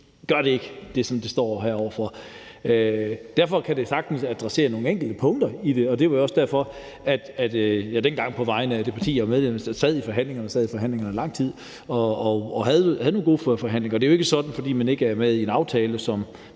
og det gør det, som vi står med her, ikke. Derfor kan det sagtens adressere nogle enkelte punkter i det. Det var jo også derfor, at jeg tidligere på vegne af det parti, jeg var medlem af, sad med i forhandlingerne, sad der i lang tid og havde nogle gode forhandlinger. Det er jo ikke sådan, at man, fordi man ikke er med i en aftale,